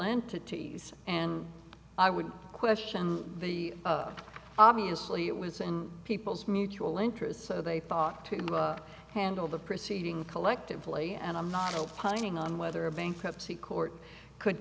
entities and i would question the obviously it was in people's mutual interest so they fought to handle the preceeding collectively and i'm not opining on whether a bankruptcy court could